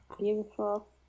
beautiful